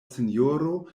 sinjoro